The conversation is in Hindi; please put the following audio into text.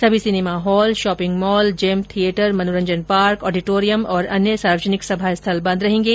सभी cinema hall shopping mall gym theatre मनोरंजन पार्क ऑडिटोरियम और अन्य सार्वजनिक सभा स्थल बंद रहेंगे